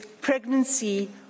pregnancy